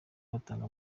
batanga